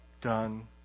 done